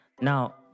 Now